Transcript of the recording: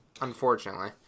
unfortunately